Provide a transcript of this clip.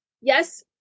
yes